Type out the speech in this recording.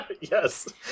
Yes